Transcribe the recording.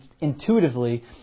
intuitively